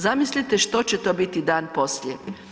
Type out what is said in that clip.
Zamislite što će to biti dan poslije.